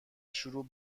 شروع